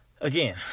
Again